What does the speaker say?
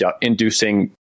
inducing